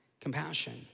Compassion